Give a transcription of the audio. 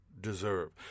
deserve